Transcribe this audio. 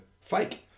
fake